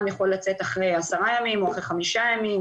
יכול לצאת אחרי 10 ימים או אחרי חמישה ימים,